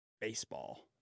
baseball